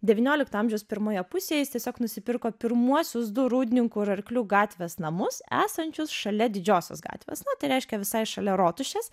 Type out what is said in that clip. devyniolikto amžiaus pirmoje pusėje jis tiesiog nusipirko pirmuosius du rūdninkų ir arklių gatvės namus esančius šalia didžiosios gatvės na tai reiškia visai šalia rotušės